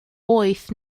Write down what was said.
wyth